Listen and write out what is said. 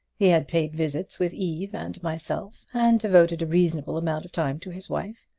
he had paid visits with eve and myself, and devoted a reasonable amount of time to his wife.